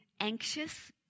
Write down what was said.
anxious